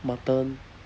mutton